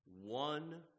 One